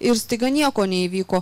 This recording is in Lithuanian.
ir staiga nieko neįvyko